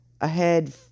ahead